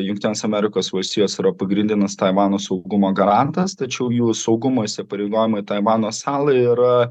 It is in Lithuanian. jungtinės amerikos valstijos yra pagrindinis taivano saugumo garantas tačiau jų saugumo įsipareigojimai taivano salai yra